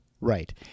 right